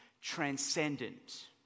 transcendent